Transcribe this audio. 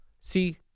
See